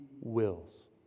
wills